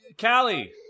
Callie